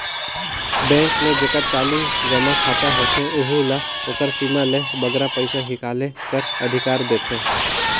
bank में जेकर चालू जमा खाता होथे ओहू ल ओकर सीमा ले बगरा पइसा हिंकाले कर अधिकार देथे